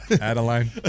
Adeline